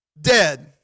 dead